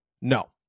No